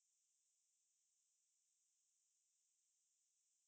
飞 ya like you know superman